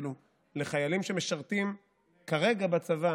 אפילו לחיילים שמשרתים כרגע בצבא,